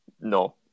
No